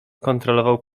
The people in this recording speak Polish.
kontrolował